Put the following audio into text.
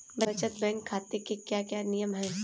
बचत बैंक खाते के क्या क्या नियम हैं?